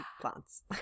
plants